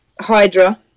hydra